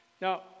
now